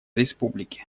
республики